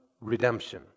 redemption